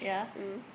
mm